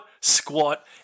squat